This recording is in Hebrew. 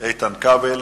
(10 במרס 2010):